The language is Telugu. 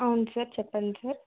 అవును సార్ చెప్పండి సార్